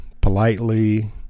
politely